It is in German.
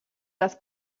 das